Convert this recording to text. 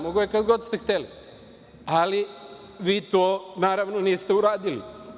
Mogao je kad god ste hteli, ali vi to naravno niste uradili.